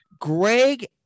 Greg